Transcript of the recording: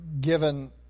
given